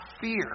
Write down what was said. fear